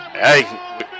Hey